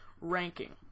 ranking